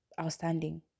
outstanding